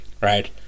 Right